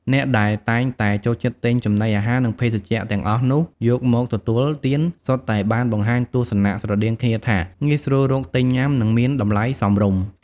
អ្នកដែលតែងតែចូលចិត្តទិញចំណីអាហារ និងភេសជ្ជៈទាំងអស់នោះយកមកទទួលទាន សុទ្ធតែបានបង្ហាញទស្សនៈស្រដៀងគ្នាថា ងាយស្រួលរកទិញញុាំ និងមានតម្លៃសមរម្យ។